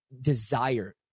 desire